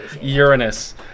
uranus